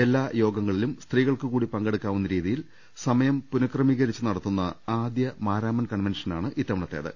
എല്ലാ യോഗങ്ങളിലും സ്ത്രീകൾക്ക് കൂടി പങ്കെ ടുക്കാവുന്ന രീതിയിൽ സമയം പുനക്രമീകരിച്ചു നടക്കുന്ന ആദ്യ മാരാമൺ കൺവെൻഷനാണ് ഇത്തവണത്തേത്